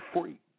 free